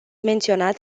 menționat